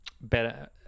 better